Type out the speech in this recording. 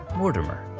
mortimer.